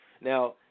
Now